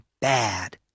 bad